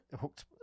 hooked